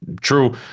true